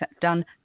done